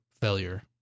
failure